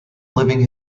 living